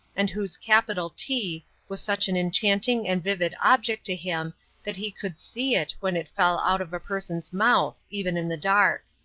and whose capital t was such an enchanting and vivid object to him that he could see it when it fell out of a person's mouth even in the dark.